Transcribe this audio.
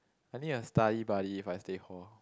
I need a study buddy if I stay hall